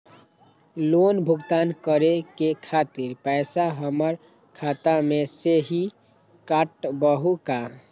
Loan भुगतान करे के खातिर पैसा हमर खाता में से ही काटबहु का?